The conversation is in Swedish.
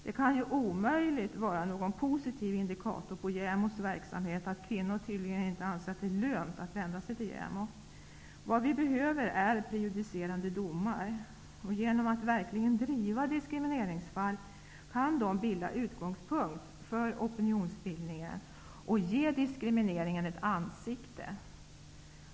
Det kan ju omöjligt vara någon positiv indikator på JämO:s verksamhet att kvinnor tydligen inte anser det lönt att vända sig till JämO. Vad vi behöver är prejudicerande domar. Genom att verkligen driva diskrimineringsfall kan dessa bilda utgångspunkt för opinionsbildningen och ge diskrimineringen ett ansikte.